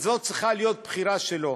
זאת צריכה להיות בחירה שלו.